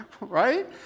Right